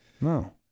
no